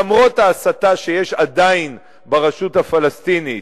למרות ההסתה שעדיין יש ברשות הפלסטינית,